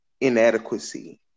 inadequacy